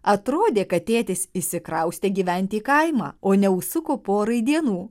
atrodė kad tėtis išsikraustė gyventi į kaimą o neužsuko porai dienų